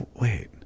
wait